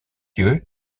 lieu